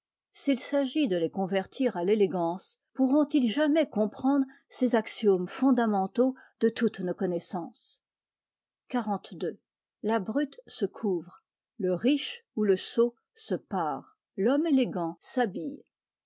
s'il s'agit de les convertir à l'élégance pourrontils jamais comprendre ces axiomes fondamentaux de toutes nos connaissances xlii la brute se couvre le riche ou le sot se parent l'homme élégant s'habille